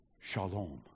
shalom